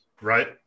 right